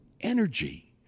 Energy